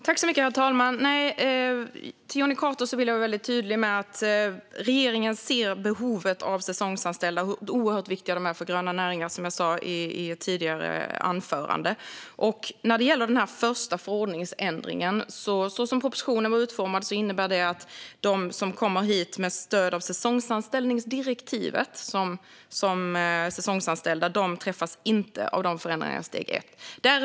Herr talman! Till Jonny Cato vill jag vara väldigt tydlig med att regeringen ser behovet av säsongsanställda och hur oerhört viktiga de är för de gröna näringarna, som jag sa i ett tidigare anförande. Den här första förordningsändringen innebär som propositionen var utformad att de som kommer hit med stöd av säsongsanställningsdirektivet inte träffas av förändringarna i steg 1.